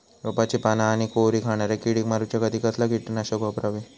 रोपाची पाना आनी कोवरी खाणाऱ्या किडीक मारूच्या खाती कसला किटकनाशक वापरावे?